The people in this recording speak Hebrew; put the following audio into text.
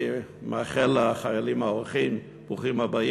אני גם מאחל לחיילים האורחים ברוכים הבאים,